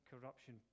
corruption